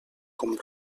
com